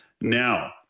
now